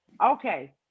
okay